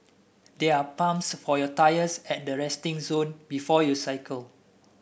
there are pumps for your tyres at the resting zone before you cycle